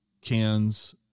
cans